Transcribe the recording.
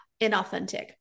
inauthentic